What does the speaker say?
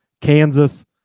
kansas